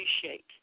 appreciate